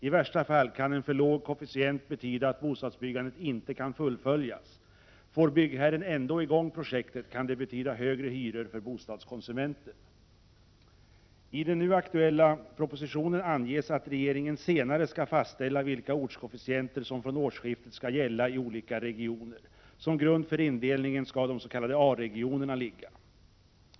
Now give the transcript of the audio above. I värsta fall kan en för låg koefficient betyda att bostadsbyggandet inte kan fullföljas. Får byggherren ändå i gång projektet kan det betyda högre hyror för bostadskonsumenten. I den nu aktuella propositionen anges att regeringen senare skall fastställa vilka ortskoefficienter som från årsskiftet skall gälla i olika regioner. Som grund för indelningen skall de s.k. A-regionerna ligga.